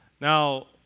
Now